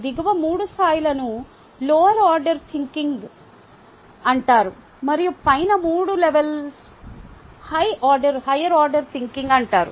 దిగువ 3 స్థాయిలను lower order thinking అంటారు మరియు పైన 3 లెవల్స్ హై ఆర్డర్ థింకింగ్ అంటారు